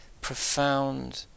profound